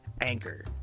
Anchor